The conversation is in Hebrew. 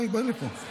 בהסכמה של הקואליציה